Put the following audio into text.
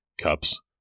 cups